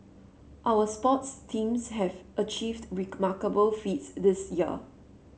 our sports teams have achieved remarkable feats this year